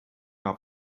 off